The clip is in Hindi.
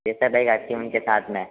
रेसर बाइक आती है ना उनके साथ में